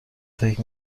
فکر